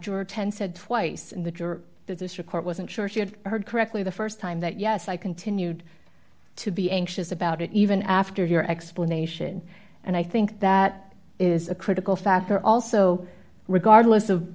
or ten said twice in the juror the district court wasn't sure she had heard correctly the st time that yes i continued to be anxious about it even after your explanation and i think that is a critical factor also regardless of